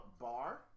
bar